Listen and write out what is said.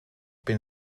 been